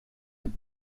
wird